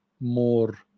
more